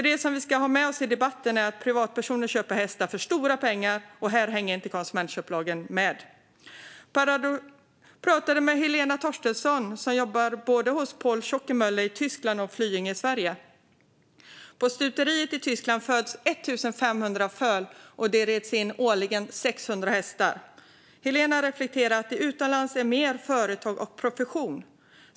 Det som vi ska ha med oss i debatten är att privatpersoner köper hästar för stora pengar, och här hänger inte konsumentköplagen med. Jag pratade med Helena Torstensson, som jobbar både hos Paul Schockemöhle i Tyskland och i Flyinge i Sverige. På stuteriet i Tyskland föds 1 500 föl, och 600 hästar rids årligen in. Helena reflekterar över att det utomlands är mer företag och profession.